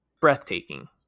Breathtaking